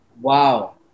Wow